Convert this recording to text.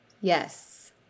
Yes